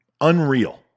Unreal